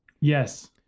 Yes